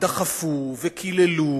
ודחפו וקיללו